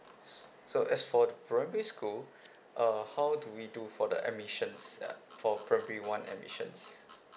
so as for primary school uh how do we do for the admissions ya for primary one admissions